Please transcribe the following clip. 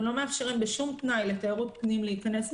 אנחנו לא מאפשרים בשום תנאי לתיירות פנים להיכנס,